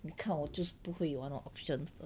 你看我就是不玩那种 options 的